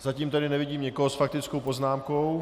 Zatím tady nevidím nikoho s faktickou poznámkou.